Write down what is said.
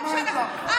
(אומר בערבית: רק בערבית,